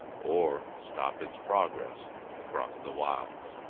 or stop its progress across the wilds.